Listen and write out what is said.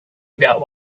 about